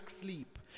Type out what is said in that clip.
sleep